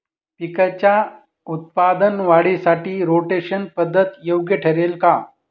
पिकाच्या उत्पादन वाढीसाठी रोटेशन पद्धत योग्य ठरेल का?